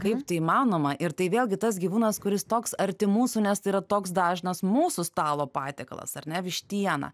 kaip tai įmanoma ir tai vėlgi tas gyvūnas kuris toks arti mūsų nes tai yra toks dažnas mūsų stalo patiekalas ar ne vištiena